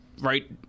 right